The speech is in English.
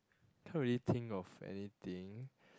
can't really think of anything